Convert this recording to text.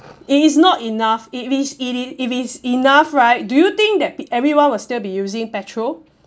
it is not enough it is if it is enough right do you think that everyone will still be using petrol